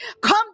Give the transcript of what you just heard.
come